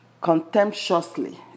contemptuously